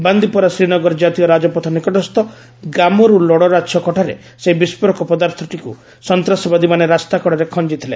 ବାନ୍ଦିପୋରା ଶ୍ରୀନଗର ଜାତୀୟ ରାଜପଥ ନିକଟସ୍ଥ ଗାମରୁ ଲଡରା ଛକ ଠାରେ ସେହି ବିସ୍ଫୋରକ ପଦାର୍ଥଟିକୁ ସନ୍ତ୍ରାସବାଦୀମାନେ ରାସ୍ତା କଡ଼ରେ ଖଞ୍ଜିଥିଲେ